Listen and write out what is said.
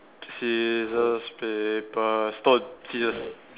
scissors paper stone scissors